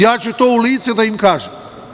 Ja ću to u lice da im kažem.